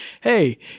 Hey